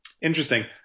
Interesting